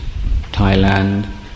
Thailand